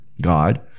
god